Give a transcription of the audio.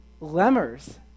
Lemurs